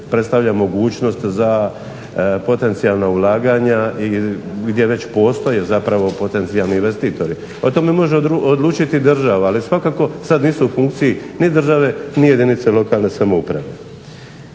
predstavlja mogućnost za potencijalna ulaganja i gdje već postoje potencijalni investitori. O tome naravno može odlučiti država, ali svakako nisu u funkciji ni države ni jedinice lokalne samouprave.